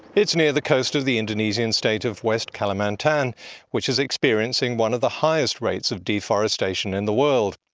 it's near the coast of the indonesian state of west kalimantan which is experiencing one of the highest rates of deforestation in the world.